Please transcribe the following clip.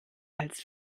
als